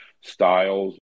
styles